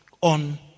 on